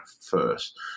first